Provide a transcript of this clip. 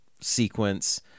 sequence